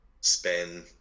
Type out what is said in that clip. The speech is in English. spend